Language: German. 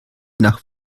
nach